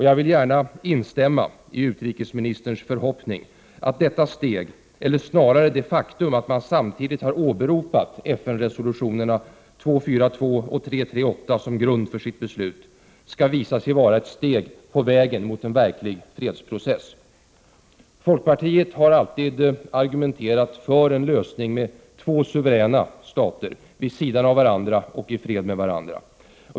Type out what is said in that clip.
Jag vill gärna instämma i utrikesministerns förhoppning att detta steg — eller snarare det faktum att man samtidigt har åberopat FN-resolutionerna 242 och 338 som grund för sitt beslut — skall visa sig vara ett steg på vägen mot en verklig fredsprocess. Folkpartiet har alltid argumenterat för en lösning med två suveräna stater vid sidan av varandra och i fred med varandra.